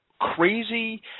crazy